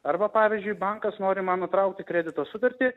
arba pavyzdžiui bankas nori man nutraukti kredito sutartį